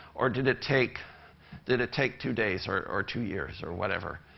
or did it take did it take two days or two years or whatever?